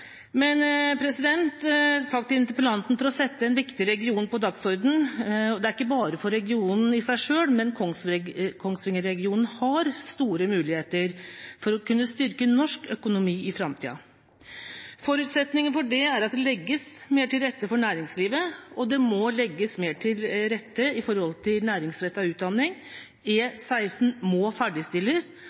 interpellanten for å sette en viktig region på dagsordenen. Kongsvinger-regionen har store muligheter for å kunne styrke norsk økonomi i framtiden. Forutsetningen for det er at det legges mer til rette for næringslivet. Det må legges mer til rette for næringsrettet utdanning. E16 må ferdigstilles,